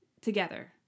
together